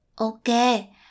Okay